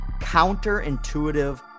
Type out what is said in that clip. counterintuitive